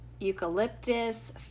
Eucalyptus